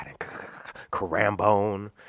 Carambone